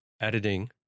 editing